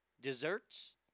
Desserts